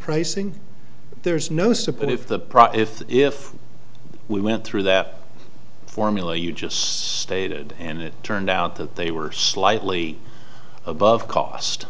pricing there's no support if the prop if if we went through that formula you just stated and it turned out that they were slightly above cost